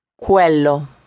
Quello